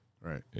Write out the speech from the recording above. Right